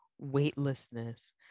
weightlessness